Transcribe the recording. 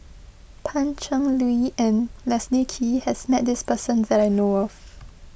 Pan Cheng Lui and Leslie Kee has met this person that I know of